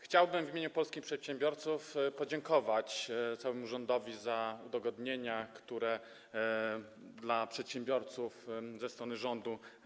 Chciałbym w imieniu polskich przedsiębiorców podziękować całemu rządowi za udogodnienia, które spłynęły na nich ze strony rządu.